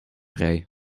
vrij